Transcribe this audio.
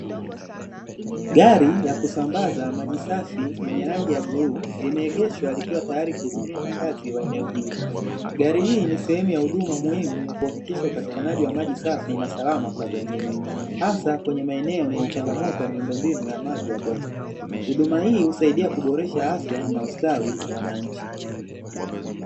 Gari ya kusambaza maji safi yenye rangi ya bluu limeengeshwa likiwa tayari kuhudumia wakazi wa eneo hili. Gari hii ni sehemu ya huduma muhimu ya kuhakikisha upatikanaji wa maji safi na salama kwa jamii hasa kwenye maeneo yenye changamoto ya miundo mbinu ya maji ya bomba, huduma hii husaidia kuboresha afya na ustawi wa wananchi.